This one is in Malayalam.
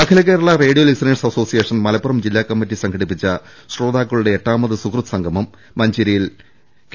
അഖിലകേരള റേഡിയോ ലിസണേഴ്സ് അസോസിയേഷൻ മലപ്പുറം ജില്ലാ കമ്മിറ്റി സംഘടിപ്പിച്ച ശ്രോതാക്കളുടെ എട്ടാമത് സുഹൃത് സംഗമം മഞ്ചേരിയിൽ കെ